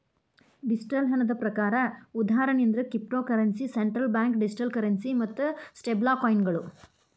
digital ಹಣದ ಪ್ರಕಾರ ಉದಾಹರಣಿ ಅಂದ್ರ cryptocurrency, central bank digital currency ಮತ್ತ ಸ್ಟೇಬಲ್ಕಾಯಿನ್ಗಳ